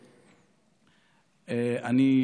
אני,